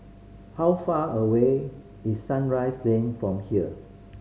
how far away is Sunrise Lane from here